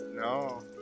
No